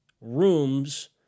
rooms